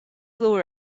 lower